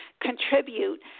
contribute